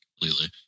completely